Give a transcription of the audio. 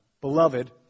beloved